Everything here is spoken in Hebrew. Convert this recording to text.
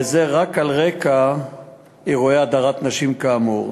וזה היה רק על רקע אירועי הדרת נשים כאמור.